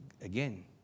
again